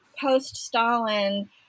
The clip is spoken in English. post-Stalin